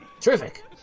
Terrific